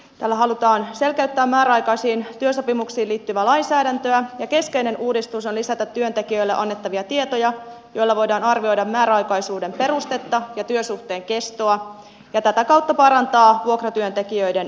tällä halutaan selkeyttää määräaikaisiin työsopimuksiin liittyvää lainsäädäntöä ja keskeinen uudistus on lisätä työntekijöille annettavia tietoja joilla voidaan arvioida määräaikaisuuden perustetta ja työsuhteen kestoa ja tätä kautta parantaa vuokratyöntekijöiden asemaa